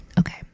Okay